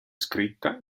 scritta